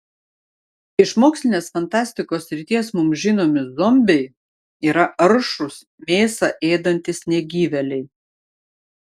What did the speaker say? iš mokslinės fantastikos srities mums žinomi zombiai yra aršūs mėsą ėdantys negyvėliai